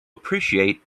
appreciate